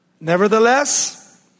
Nevertheless